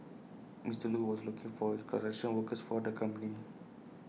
Mister Lu was looking for construction workers for the company